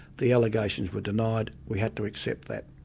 the allegations were denied, we had to accept that.